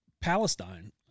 Palestine